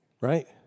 right